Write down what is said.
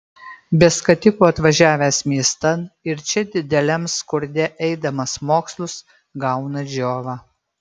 be skatiko atvažiavęs miestan ir čia dideliam skurde eidamas mokslus gauna džiovą